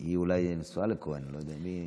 היא אולי נשואה לכהן, אני לא יודע.